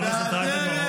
אתה גאה בזה עד היום,